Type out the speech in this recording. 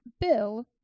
Bill